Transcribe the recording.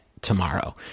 tomorrow